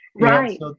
Right